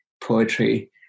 poetry